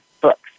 books